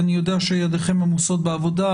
אני יודע שידיכם עמוסות בעבודה,